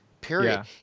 period